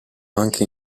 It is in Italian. anche